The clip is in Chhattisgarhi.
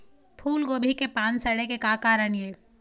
फूलगोभी के पान सड़े के का कारण ये?